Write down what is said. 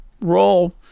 role